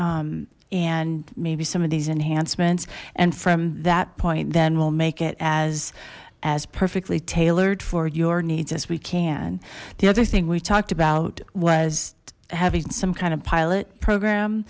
bugs and maybe some of these enhancements and from that point then we'll make it as as perfectly tailored for your needs as we can the other thing we talked about was having some kind of pilot program